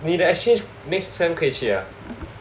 你 exchange next sem 可以去啊